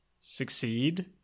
succeed